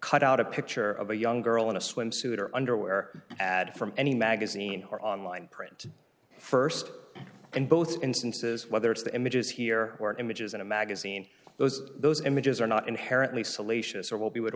cut out a picture of a young girl in a swimsuit or underwear from any magazine or online print st and both instances whether it's the images here or images in a magazine those those images are not inherently salacious or will be would